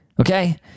Okay